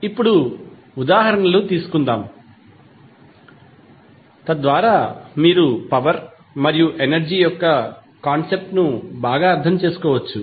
ఇప్పుడు ఉదాహరణలు తీసుకుందాం తద్వారా మీరు పవర్ మరియు ఎనర్జీ యొక్క కాన్సెప్ట్ ను బాగా అర్థం చేసుకోవచ్చు